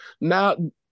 Now